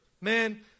man